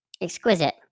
Exquisite